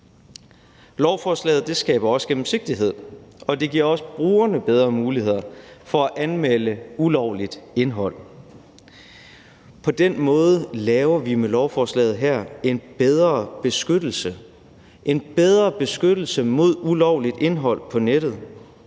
Lovforslaget skaber også gennemsigtighed, og det giver også brugerne bedre muligheder for at anmelde ulovligt indhold. På den måde laver vi med lovforslaget her en bedre beskyttelse – en bedre beskyttelse mod ulovligt indhold på nettet.